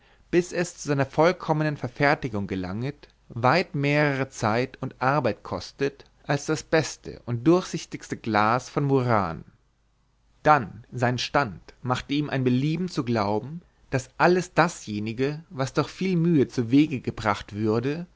bis es zu seiner vollkommenen verfertigung gelanget weit mehrere zeit und arbeit kostet als das beste und durchsichtigste glas von muran dann sein stand machte ihm ein belieben zu glauben daß alles dasjenige was durch viel mühe zuwege gebracht würde